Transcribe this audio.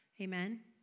Amen